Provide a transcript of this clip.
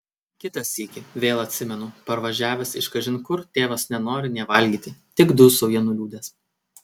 kitą sykį vėl atsimenu parvažiavęs iš kažin kur tėvas nenori nė valgyti tik dūsauja nuliūdęs